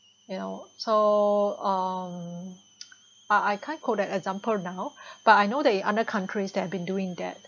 you know so uh I I can't code an example now but I know that in other countries they have been doing that